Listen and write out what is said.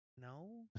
no